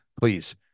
Please